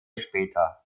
später